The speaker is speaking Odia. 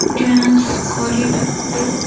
ଡ୍ୟାନ୍ସ କରିବାକୁ